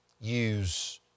use